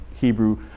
Hebrew